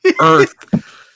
earth